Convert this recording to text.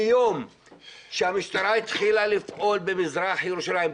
ביום שהמשטרה התחילה לפעול במזרח ירושלים,